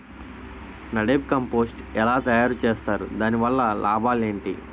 NADEP compost ఎలా తయారు చేస్తారు? దాని వల్ల లాభాలు ఏంటి?